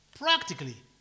Practically